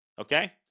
Okay